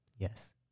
Yes